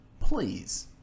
please